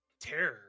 terror